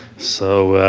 so